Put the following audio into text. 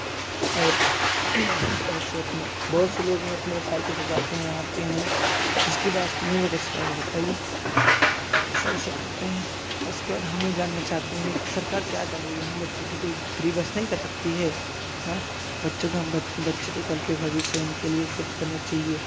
और बहुत से अपने बहुत से लोग अपनी साइकिल से जाते हैं आते हैं जिसकी बात सुनने में कैसे आएगा बताईए तो ऐसा वैसा करते हैं और उसके बाद हम यह जानना चाहते हैं कि सरकार क्या कर रही है हम बच्चों के लिए फ्री बस नहीं कर सकती है हाँ बच्चों का बच्चे तो कल के भविष्य हैं उनके लिए कुछ करना चाहिए